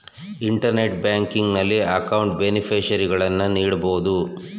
internet banking ನಲ್ಲಿ ಅಕೌಂಟ್ನ ಬೇನಿಫಿಷರಿಗಳನ್ನು ನೋಡಬೋದು